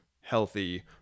healthy